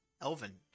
Elven